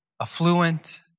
affluent